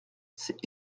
c’est